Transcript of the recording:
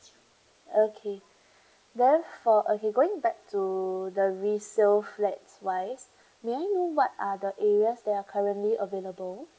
okay then for okay going back to the resale flat wise may I know what are the areas that are currently available